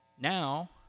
now